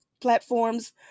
platforms